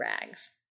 rags